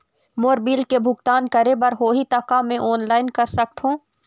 मोर bill के भुगतान करे बर होही ता का मैं ऑनलाइन कर सकथों?